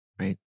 Right